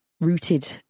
rooted